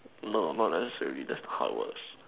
no not necessarily that how works